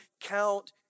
count